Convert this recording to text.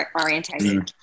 orientation